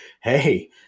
hey